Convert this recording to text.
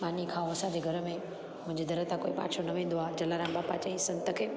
मानी खाऊं असांजे घर में मुंहिंजे दर था कोई पाछो न वेंदो आहे जलाराम बापा चयईसि संत खे